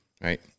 Right